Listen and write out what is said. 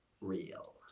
real